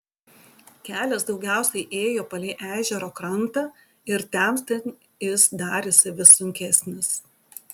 kelias daugiausiai ėjo palei ežero krantą ir temstant jis darėsi vis sunkesnis